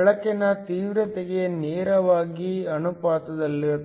ಬೆಳಕಿನ ತೀವ್ರತೆಗೆ ನೇರವಾಗಿ ಅನುಪಾತದಲ್ಲಿರುತ್ತದೆ